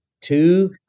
Two